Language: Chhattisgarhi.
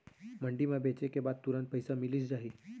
मंडी म बेचे के बाद तुरंत पइसा मिलिस जाही?